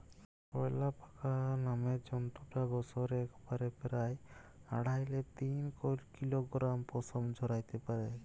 অয়ালাপাকা নামের জন্তুটা বসরে একবারে পেরায় আঢ়াই লে তিন কিলগরাম পসম ঝরাত্যে পারে